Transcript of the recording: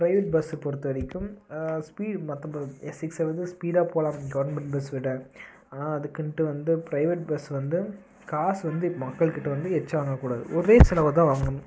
private பஸ்ஸை பொறுத்த வரைக்கும் ஸ்பீடு மற்ற ப எஸ் சிக்ஸை வந்து ஸ்பீடாக போகலாம் கவர்மெண்ட் பஸ் விட ஆனால் அதுக்குன்ட்டு வந்து பிரைவேட் பஸ் வந்து காசு வந்து மக்கள் கிட்ட வந்து எச்சா வாங்கக் கூடாது ஒரே செலவாக தான் வாங்கணும்